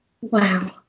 Wow